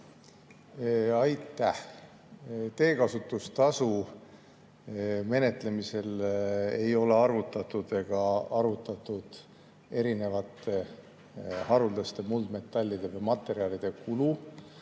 Aitäh! Teekasutustasu menetlemisel ei ole arvutatud ega arutatud erinevate haruldaste muldmetallide või materjalide kulu